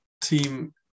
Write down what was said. team